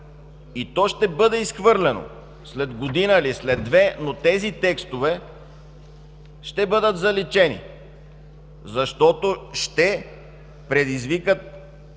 и то ще бъде изхвърлено след година или две. Тези текстове ще бъдат заличени, защото ще предизвикат